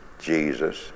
Jesus